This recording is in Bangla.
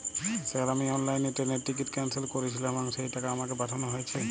স্যার আমি অনলাইনে ট্রেনের টিকিট ক্যানসেল করেছিলাম এবং সেই টাকা আমাকে পাঠানো হয়েছে?